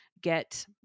get